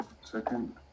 second